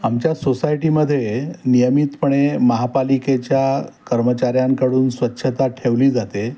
आमच्या सोसायटीमध्ये नियमितपणे महापालिकेच्या कर्मचाऱ्यांकडून स्वच्छता ठेवली जाते